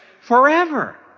forever